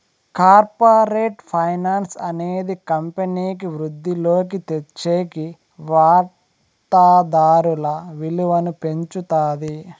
corporate finance అనేది కంపెనీకి వృద్ధిలోకి తెచ్చేకి వాతాదారుల విలువను పెంచుతాది